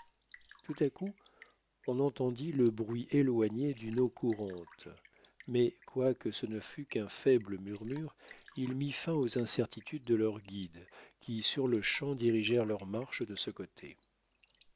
tout à coup on entendit le bruit éloigné d'une eau courante mais quoique ce ne fût qu'un faible murmure il mit fin aux incertitudes de leurs guides qui sur-le-champ dirigèrent leur marche de ce côté